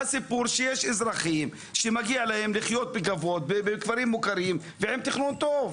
הסיפור שיש אזרחם שמגיע להם לחיות בכבוד בכפרים מוכרים ועם תכנון טוב.